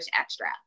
extra